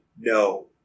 No